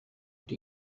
did